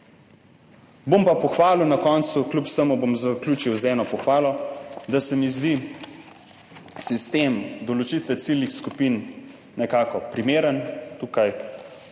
Bom pa pohvalil na koncu, kljub vsemu bom zaključil z eno pohvalo, da se mi zdi sistem določitve ciljnih skupin nekako primeren. Tukaj